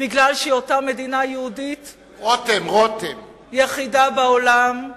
כי היא אותה מדינה יהודית יחידה בעולם.